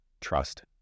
Trust